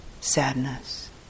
sadness